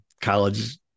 college